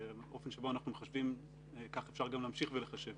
האופן שבו אנחנו מחשבים כך אפשר גם להמשיך ולחשב.